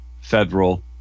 federal